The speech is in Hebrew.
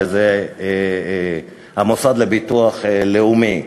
וזה המוסד לביטוח לאומי,